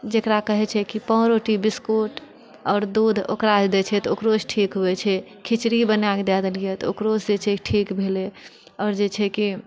जेकरा कहैत छै कि पाव रोटी बिस्कुट आओर दूध ओकरा दय छै तऽ ओकरोसँ ठीक होयत छै खिचड़ी बनयकऽ दय दलियै तऽ ओकरोसँ जे छै ठीक भेलय आओर जे छै कि